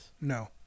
No